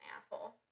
asshole